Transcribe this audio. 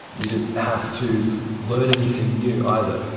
you didn't have to learn anything new either.